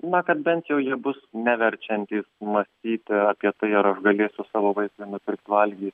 na kad bent jau ji bus neverčianti mąstyti apie tai ar aš galėsiu savo vaikui nupirkt valgyt